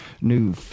new